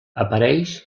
apareix